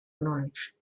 knowledge